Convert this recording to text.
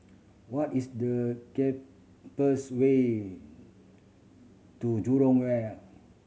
what is the way to Jurong Wharf